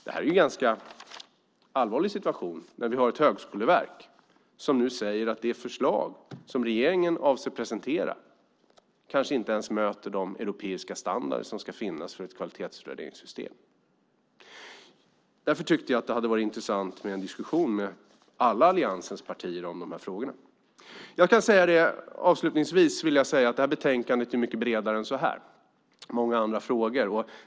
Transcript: Det är en ganska allvarlig situation när vi har ett högskoleverk som säger att det förslag som regeringen avser att presentera kanske inte ens möter de europeiska standarder som ska finnas för ett kvalitetsutvärderingssystem. Därför tyckte jag att det hade varit intressant med en diskussion med alla Alliansens partier om de här frågorna. Avslutningsvis vill jag säga att det här betänkandet är mycket bredare än så.